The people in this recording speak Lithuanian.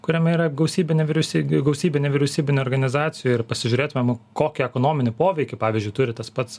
kuriame yra gausybė nevyriausy gausybė nevyriausybinių organizacijų ir pasižiūrėtumėm kokią ekonominį poveikį pavyzdžiui turi tas pats